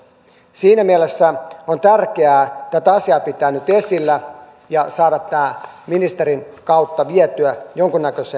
siinä mielessä on tärkeää pitää tätä asiaa nyt esillä ja saada tämä ministerin kautta vietyä mietittäväksi jonkunnäköiseen